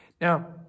now